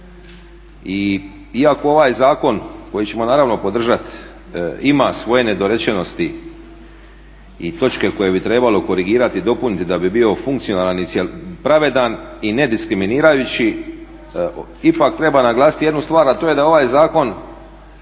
iako ovaj zakon koji ćemo naravno podržati ima svoje nedorečenosti i točke koje bi trebalo korigirati i dopuniti da bi bio funkcionalan i pravedan i nediskriminirajući ipak treba naglasiti jednu stvar, a to je da ovaj zakon